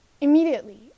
Immediately